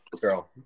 Girl